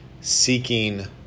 seeking